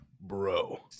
bro